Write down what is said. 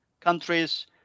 countries